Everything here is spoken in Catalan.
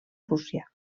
rússia